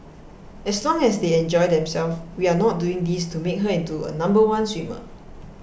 as long as they enjoy themselves we are not doing this to make her into a number one swimmer